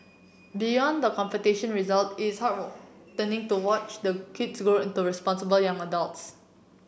beyond the competition result is to watch the kids grow into responsible young adults